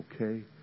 okay